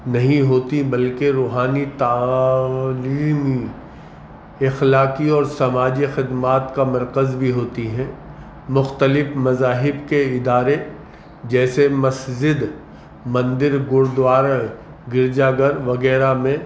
نہیں ہوتی بلکہ روحانی تعلیمی اخلاقی اور سماجی خدمات کا مرکز بھی ہوتی ہیں مختلف مذاہب کے ادارے جیسے مسجد مندر گرودوارا گرجا گھر وغیرہ میں